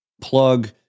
Plug